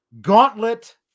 gauntlet